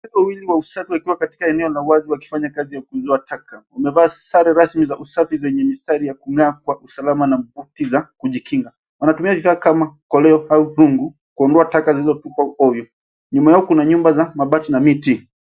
Watu wawili wa usafi wakiwa katika eneo la wazi wakifanya kazi ya kuzoa tak. Wamevaa sare rasmi za usafi zenye mistari ya kung'aa kwa usalama kujikinga. Wana tumia vifaa koleo au rungu ku ondoa taka zilizotupwa ovyo . Nyuma yao kuna nyumba za mabati na miti.